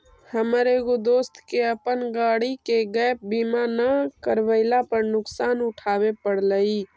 हमर एगो दोस्त के अपन गाड़ी के गैप बीमा न करवयला पर नुकसान उठाबे पड़लई